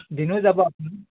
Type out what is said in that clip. দিনো যাব আপোনাৰ